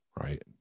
Right